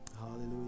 Hallelujah